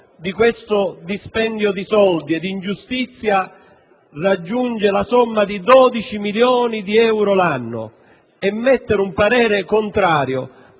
di questo dispendio di soldi e di questa ingiustizia raggiunge la somma di 12 milioni di euro l'anno. Esprimere un parere contrario